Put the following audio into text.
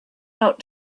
out